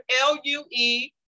L-U-E